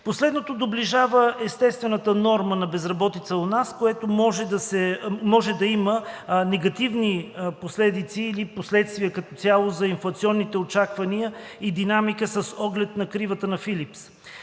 Последното доближава естествената норма на безработица у нас, което може да има негативни последици или последствия като цяло за инфлационните очаквания и динамика с оглед на „Кривата на Филипс“.